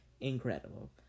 incredible